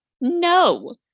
No